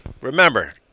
Remember